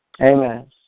Amen